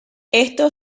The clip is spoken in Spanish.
esto